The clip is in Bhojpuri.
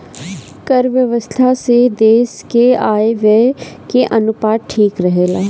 कर व्यवस्था से देस के आय व्यय के अनुपात ठीक रहेला